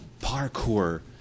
parkour